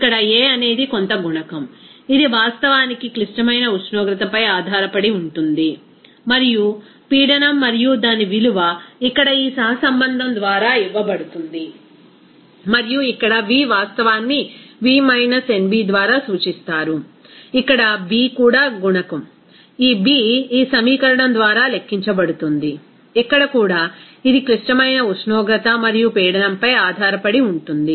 ఇక్కడ a అనేది కొంత గుణకం ఇది వాస్తవానికి క్లిష్టమైన ఉష్ణోగ్రత పై ఆధారపడి ఉంటుంది మరియు పీడనం మరియు దాని విలువ ఇక్కడ ఈ సహసంబంధం ద్వారా ఇవ్వబడుతుంది మరియు ఇక్కడ V వాస్తవాన్ని V మైనస్ nb ద్వారా సూచిస్తారు ఇక్కడ b కూడా గుణకం ఈ b ఈ సమీకరణం ద్వారా లెక్కించబడుతుంది ఇక్కడ కూడా ఇది క్లిష్టమైన ఉష్ణోగ్రత మరియు పీడనంపై ఆధారపడి ఉంటుంది